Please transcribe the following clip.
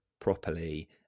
properly